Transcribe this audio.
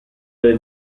delle